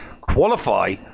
qualify